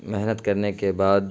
محنت کرنے کے بعد